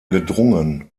gedrungen